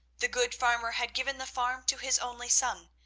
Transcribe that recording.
the good farmer had given the farm to his only son,